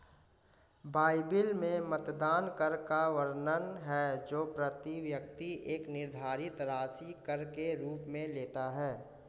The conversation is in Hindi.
बाइबिल में मतदान कर का वर्णन है जो प्रति व्यक्ति एक निर्धारित राशि कर के रूप में लेता है